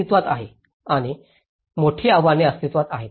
अस्तित्वात आहे आणि मोठी आव्हाने अस्तित्त्वात आहेत